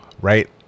right